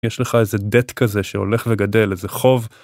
יש לך איזה debt כזה שהולך וגדל איזה חוב.